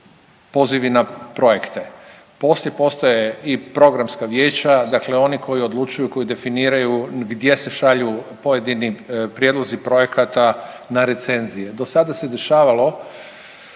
pozivi na projekte, poslije postaje i programska vijeća, dakle oni koji odlučuju koji definiraju gdje se šalju pojedini prijedlozi projekata na recenzije. Do sada se dešavalo